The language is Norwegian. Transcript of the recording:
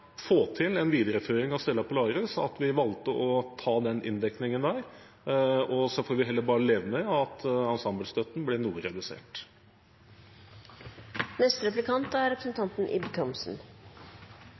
få til en videreføring av Stella Polaris at vi valgte å ta den inndekningen der, og så får vi heller bare leve med at ensemblestøtten ble noe redusert. Representanten Bekkevold var innom pressestøtten. Han er